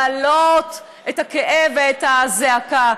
להעלות את הכאב ואת הזעקה.